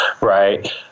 Right